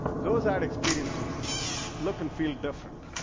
those are experiences look and feel different.